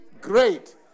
great